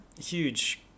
huge